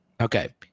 Okay